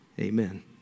Amen